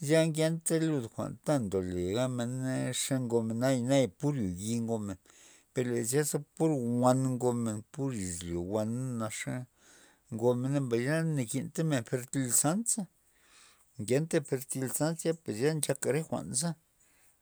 zya ngenta lud jwa'n ta ndole gab men na xe ngomen nayana pur yo di ngomen per le zya pur jwa'n ngomen pur izlyo wan naxa ngomena mbay zya na nakin tamen ferlizat za ngenta ferlizant pues zya nchaka re jwa'n za